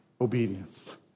obedience